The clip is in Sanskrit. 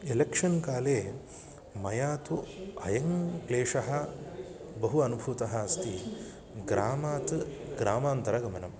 एलेक्शन् काले मया तु अयं क्लेशः बहु अनुभूतः अस्ति ग्रामात् ग्रामान्तरगमनं